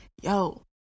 yo